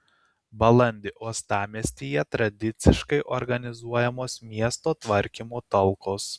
balandį uostamiestyje tradiciškai organizuojamos miesto tvarkymo talkos